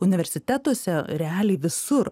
universitetuose realiai visur